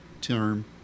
term